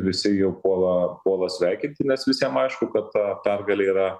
visi jau puola puola sveikinti nes visiem aišku kad ta pergalė yra